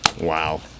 Wow